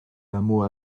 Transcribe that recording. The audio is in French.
hameau